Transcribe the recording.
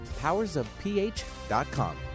powersofph.com